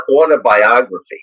autobiography